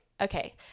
okay